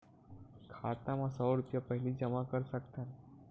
खाता मा सौ रुपिया पहिली जमा कर सकथन?